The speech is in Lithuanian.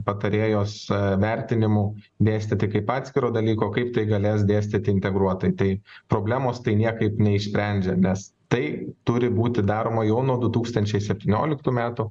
patarėjos vertinimu dėstyti kaip atskiro dalyko kaip tai galės dėstyti integruotai tai problemos tai niekaip neišsprendžia nes tai turi būti daroma jau nuo du tūkstančiai septynioliktų metų